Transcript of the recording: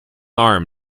arm